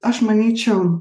aš manyčiau